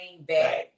back